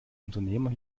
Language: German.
unternehmer